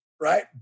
right